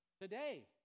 Today